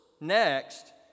next